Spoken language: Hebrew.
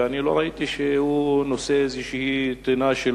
ואני לא ראיתי שהוא נושא תלונה כלשהי של,